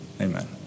Amen